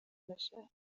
بشه